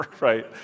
right